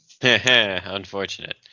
Unfortunate